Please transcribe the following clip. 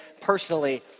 personally